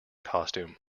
costume